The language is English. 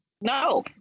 no